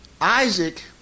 Isaac